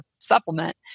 supplement